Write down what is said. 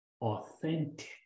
Authentic